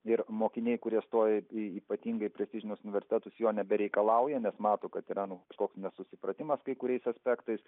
ir mokiniai kurie stoja ypatingai prestižinius universitetus jo nebereikalauja nes mato kad yra nu koks nesusipratimas kai kuriais aspektais